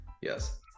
Yes